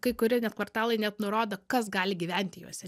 kai kurie net kvartalai net nurodo kas gali gyventi juose